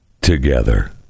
together